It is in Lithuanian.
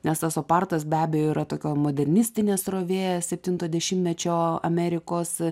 nes tas opartas be abejo yra tokio modernistinė srovė septinto dešimtmečio amerikos